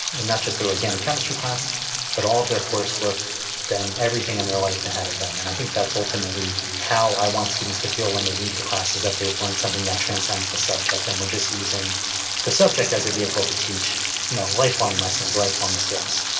not just their organic chemistry class but all of their coursework then everything in their life ahead of them, and i think that's ultimately how i want students to feel when they leave the class, is that they have learnt something that transcends the subject and we are just using the subject as a vehicle to teach you know lifelong lessons, lifelong skills.